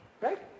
right